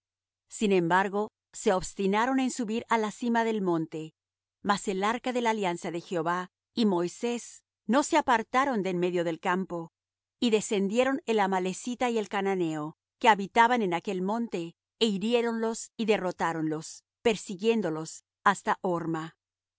sin embargo se obstinaron en subir á la cima del monte mas el arca de la alianza de jehová y moisés no se apartaron de en medio del campo y descendieron el amalecita y el cananeo que habitaban en aquel monte é hiriéronlos y derrotáronlos persiguiéndolos hasta horma